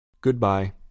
Goodbye